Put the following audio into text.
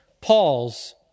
Paul's